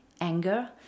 anger